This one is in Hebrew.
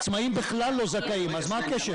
העצמאים בכלל לא זכאים, אז מה הקשר?